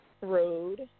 Road